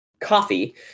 Coffee